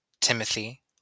Timothy